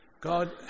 God